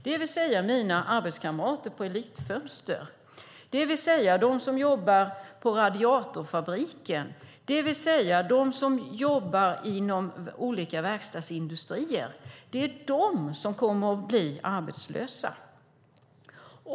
Det vill säga att mina arbetskamrater på Elitfönster, det vill säga att de som jobbar på radiatorfabriken, det vill säga att de som jobbar inom olika verkstadsindustrier är de som kommer att bli arbetslösa.